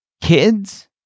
kids